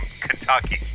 Kentucky